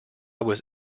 was